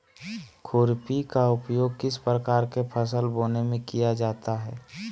खुरपी का उपयोग किस प्रकार के फसल बोने में किया जाता है?